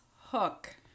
Hook